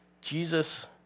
Jesus